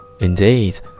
Indeed